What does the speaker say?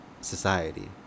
society